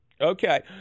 Okay